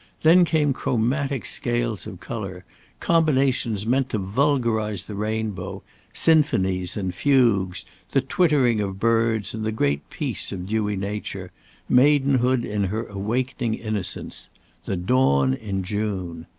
then came chromatic scales of colour combinations meant to vulgarise the rainbow sinfonies and fugues the twittering of birds and the great peace of dewy nature maidenhood in her awakening innocence the dawn in june.